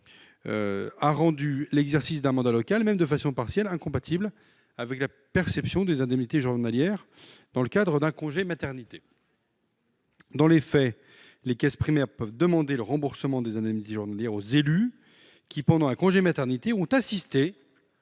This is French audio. -a rendu l'exercice d'un mandat local, même de façon partielle, incompatible avec la perception des indemnités journalières dans le cadre d'un congé de maternité. Dans les faits, les caisses primaires peuvent demander le remboursement des indemnités journalières aux élues qui ont assisté, pendant leur congé de maternité, à des